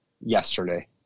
yesterday